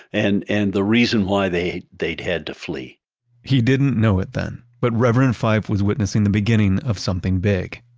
and and the reason why they they had to flee he didn't know it then, but reverend fife was witnessing the beginning of something big.